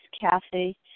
Kathy